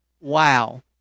Wow